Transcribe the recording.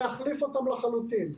להחליף אותם לחלוטין.